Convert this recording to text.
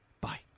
Bye